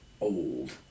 old